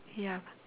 ya